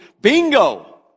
Bingo